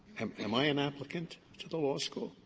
am am i an applicant to the law school?